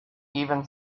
even